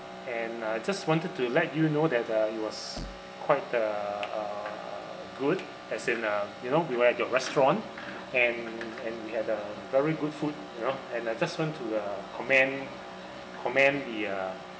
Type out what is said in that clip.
and uh just wanted to let you know that uh it was quite a a good as in uh you know we were at your restaurant and and we had a very good food you know and uh just want to uh commend commend the uh